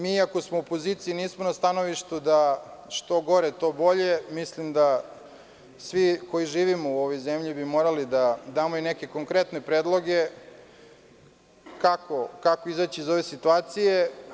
Mi ako smo u opoziciji nismo na stanovištu – što gore, to bolje, jer mislim da svi koji živimo u ovoj zemlji bi morali da damo i neke konkretne predloge, kako izaći iz ove situacije.